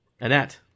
Annette